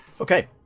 Okay